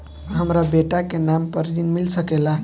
हमरा बेटा के नाम पर ऋण मिल सकेला?